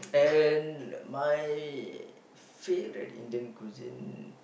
and my favourite Indian cuisine